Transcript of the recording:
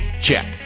Check